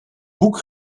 boek